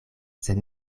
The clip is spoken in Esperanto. sed